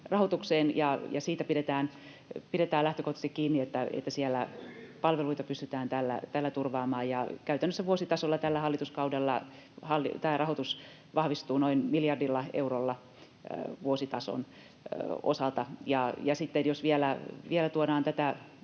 rahoitukseen, ja siitä pidetään lähtökohtaisesti kiinni, että siellä palveluita pystytään tällä turvaamaan. Käytännössä tällä hallituskaudella tämä rahoitus vahvistuu noin miljardilla eurolla vuositason osalta. Sitten jos vielä tuodaan tätä